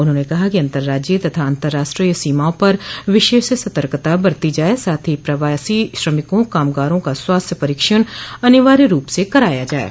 उन्होंने कहा कि अन्तर्राज्यीय तथा अन्तर्राष्ट्रीय सीमाओं पर विशेष सतर्कता बरती जाये साथ ही सभी प्रवासी श्रमिकों कामगारों का स्वास्थ्य परीक्षण अनिवार्य रूप से कराया जाये